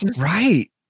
right